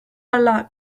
alla